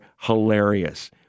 hilarious